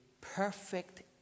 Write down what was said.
perfect